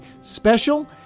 special